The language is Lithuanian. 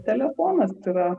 telefonas yra